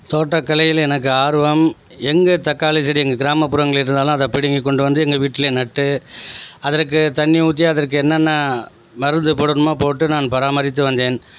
தோட்டக்கலையில் எனக்கு ஆர்வம் எங்கே தக்காளி செடி எங்கள் கிராமப்புறங்களில்லிருந்தாலும் அதை பிடுங்கி கொண்டு வந்து எங்கள் வீட்டில் நட்டு அதற்கு தண்ணி ஊற்றி அதற்கு என்னென்ன மருந்து போடணுமாே போட்டு நான் பராமரித்து வந்தேன்